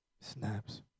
snaps